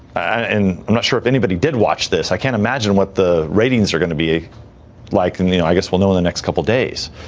and i'm not sure if anybody did watch this. i can't imagine what the ratings are going to be like. and i guess we'll know in the next couple days.